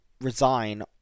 resign